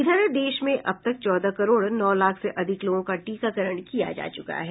इधर देश में अब तक चौदह करोड़ नौ लाख से अधिक लोगों का टीकाकरण किया जा चुका है